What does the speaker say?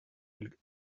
elle